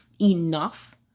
enough